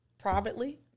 privately